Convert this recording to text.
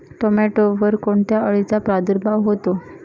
टोमॅटोवर कोणत्या अळीचा प्रादुर्भाव होतो?